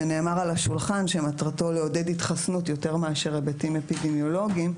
שנאמר על השולחן שמטרתו לעודד התחסנות יותר מאשר היבטים אפידמיולוגיים,